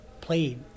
played